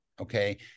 Okay